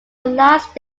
last